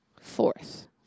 fourth